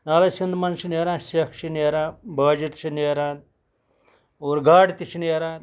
نالے سِنٛد مَنٛز چھُ نیران سٮ۪کھ چھِ نیران باجِر چھِ نیران اور گاڈٕ تہِ چھِ نیران